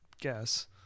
guess